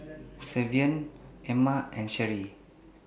Savion Emma and Sharee